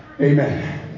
Amen